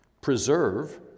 Preserve